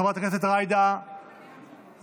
חברת הכנסת ג'ידא זועבי,